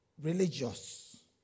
religious